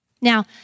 Now